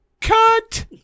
cut